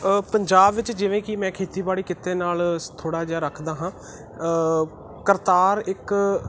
ਪੰਜਾਬ ਵਿੱਚ ਜਿਵੇਂ ਕਿ ਮੈਂ ਖੇਤੀਬਾੜੀ ਕਿੱਤੇ ਨਾਲ ਥੋੜ੍ਹਾ ਜਿਹਾ ਰੱਖਦਾ ਹਾਂ ਕਰਤਾਰ ਇੱਕ